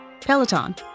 Peloton